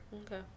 Okay